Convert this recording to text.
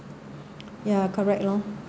ya correct lor